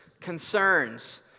concerns